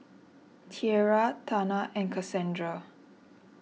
Tiera Tana and Kasandra